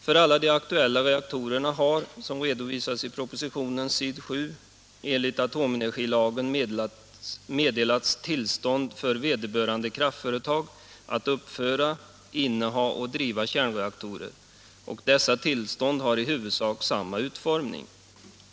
För alla de aktuella reaktorerna har, som redovisas i propositionen , enligt atomenergilagen meddelats tillstånd för vederbörande kraftföretag att uppföra, inneha och driva kärnreaktor, och dessa tillstånd har i huvudsak samma utformning.